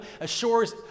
assures